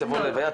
תבוא להלוויה,